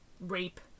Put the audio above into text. rape